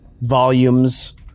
volumes